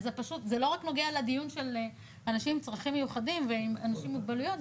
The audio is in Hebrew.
זה לא רק נוגע לדיון של אנשים עם צרכים ואנשים עם מוגבלויות,